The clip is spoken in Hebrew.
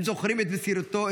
הם זוכרים את מסירותו,